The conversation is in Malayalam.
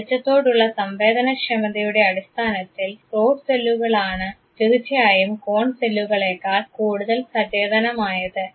വെളിച്ചത്തോടുള്ള സംവേദനക്ഷമതയുടെ അടിസ്ഥാനത്തിൽ റോഡ് സെല്ലുകളാണ് തീർച്ചയായും കോൺ സെല്ലുകളെക്കാൾ കൂടുതൽ സചേതനമായത്